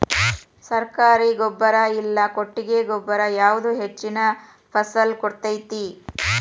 ಸರ್ಕಾರಿ ಗೊಬ್ಬರ ಇಲ್ಲಾ ಕೊಟ್ಟಿಗೆ ಗೊಬ್ಬರ ಯಾವುದು ಹೆಚ್ಚಿನ ಫಸಲ್ ಕೊಡತೈತಿ?